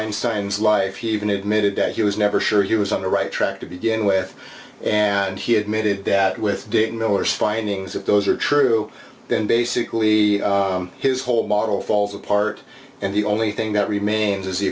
einstein's life he even admitted that he was never sure he was on the right track to begin with and he admitted that with dick miller's findings if those are true then basically his whole model falls apart and the only thing that remains is the